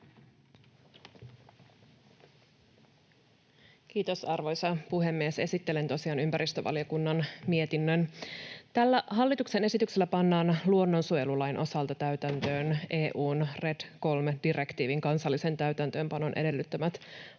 Kiitos, arvoisa puhemies! Esittelen tosiaan ympäristövaliokunnan mietinnön. Tällä hallituksen esityksellä pannaan luonnonsuojelulain osalta täytäntöön EU:n RED III ‑direktiivin kansallisen täytäntöönpanon edellyttämät muutokset.